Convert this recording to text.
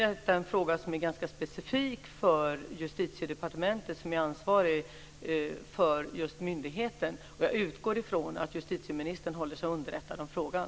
Detta är en fråga som är ganska specifik för Justitiedepartementet, som är ansvarigt för just myndigheten. Jag utgår från att justitieministern håller sig underrättad om frågan.